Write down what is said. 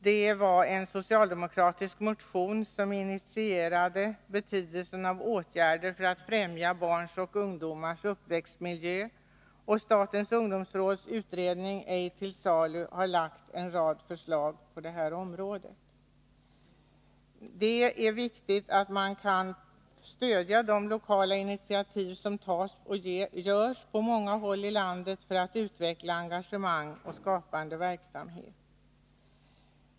Det var en socialdemokratisk motion som tog upp betydelsen av åtgärder för att främja barns och ungdomars uppväxtmiljö. Statens ungdomsråds utredning Ej till salu har lagt en rad förslag på detta område. Det är viktigt att man kan stödja de lokala initiativ som tas på många håll i landet för att utveckla engagemang och skapande verksamhet.